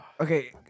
Okay